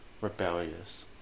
rebellious